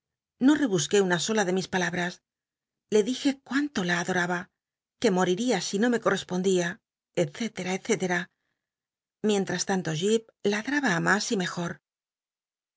no rebusqué una sola de mis palabtas le dije cuánto la adoraba que moriría si no me correspondía cte etc micnttas l mto jip ladraba mas y mejor